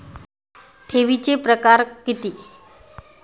ठेवीचे प्रकार किती?